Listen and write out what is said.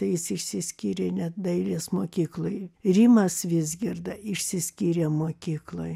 tai jis išsiskyrė net dailės mokykloj rimas vizgirda išsiskyrė mokykloj